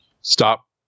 Stop